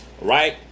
Right